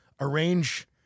arrange